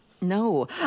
No